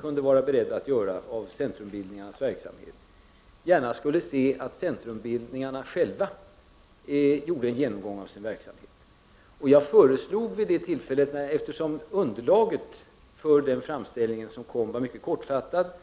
kunde vara beredd att göra av centrumbildningarnas verksamhet. Underlaget för den framställning som kom var mycket kortfattat.